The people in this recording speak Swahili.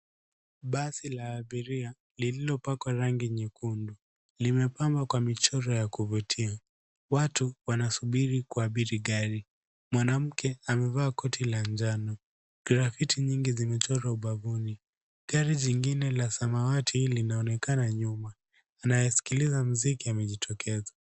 Basi la abiria lililopakwa rangi nyekundu, limepambwa kwa michoro ya kuvutia. Watu wanasubiri kuabiri gari. Mwanamke amevaa koti la njano. Grafiti nyingi zimechorwa ubavuni. Gari jingine la samawati linaonekana nyuma. Anayesikiliza mziki amejitokeza.